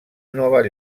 nova